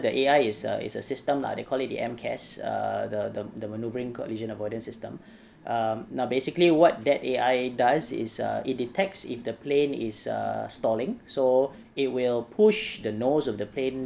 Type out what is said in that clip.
the A_I is a is a system lah they call it the MCAS uh the the the maneuvering collision avoidance system um now basically what that A_I does is err it detects if the plane is err stalling so it will push the nose of the plane